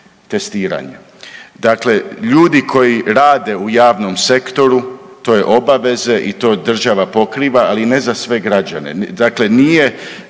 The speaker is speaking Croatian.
testiranje. Dakle, ljudi koji rade u javnom sektoru to je obaveze i to država pokriva ali ne za sve građane, dakle nije